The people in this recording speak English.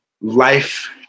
life